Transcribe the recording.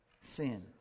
sin